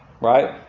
right